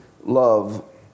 love